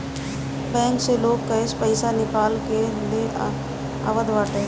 bank से लोग cash पईसा निकाल के ले आवत बाटे